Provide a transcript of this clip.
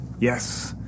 Yes